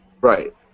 Right